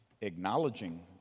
acknowledging